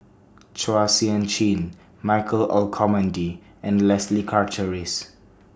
Chua Sian Chin Michael Olcomendy and Leslie Charteris